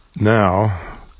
now